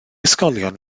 ysgolion